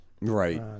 Right